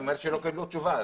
היא אומרת שלא קיבלו תשובה,